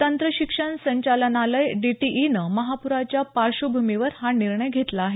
तंत्रशिक्षण संचालनालय डीटीईनं महापुराच्या पार्श्वभूमीवर हा निर्णय घेतला आहे